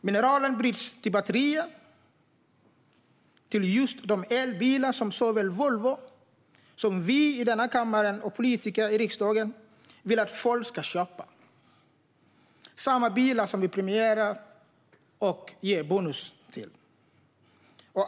Mineralet bryts till batterier för just de elbilar som såväl Volvo som vi politiker i riksdagen vill att folk ska köpa. Det är samma bilar som vi premierar och ger bonus för.